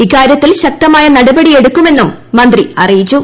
ഇക്കാര്യത്തിൽ ശക്തമായ നടപടിയെടുക്കുമെന്നും മന്ത്രി അറിയിച്ചു